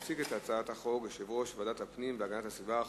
יציג את הצעת החוק יושב-ראש ועדת הפנים והגנת הסביבה,